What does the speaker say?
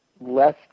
less